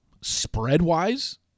spread-wise